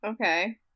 okay